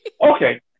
Okay